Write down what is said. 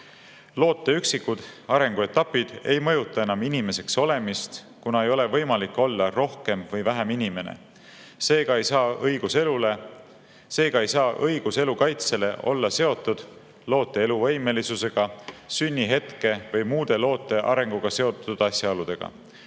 "Loote üksikud arenguetapid ei mõjuta enam inimeseks olemist, kuna ei ole võimalik olla rohkem või vähem inimene. Seega ei saa õigus elu kaitsele olla seotud loote eluvõimelisusega, sünnihetke või muude loote arenguga seotud asjaoludega.